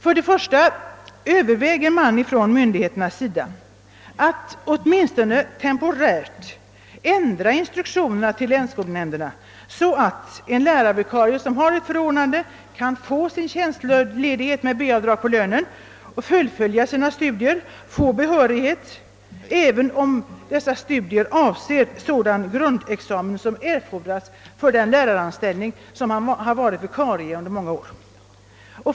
För det första: överväger man från myndigheternas sida att åtminstone temporärt ändra instruktionerna till länsskolnämnderna så att en lärarvikarie som har ett förordnande kan få sin tjänstledighet med B-avdrag på lönen och fullfölja sina studier och få behörighet, även om dessa studier avser sådan grundexamen som erfordras för den lärarbefattning som han haft vikariat på under många år?